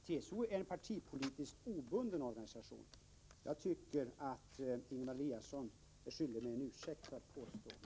TCO är en partipolitiskt obunden organisation. Jag tycker att Ingemar Eliasson är skyldig mig en ursäkt efter detta påstående.